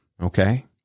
Okay